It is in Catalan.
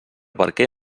barquer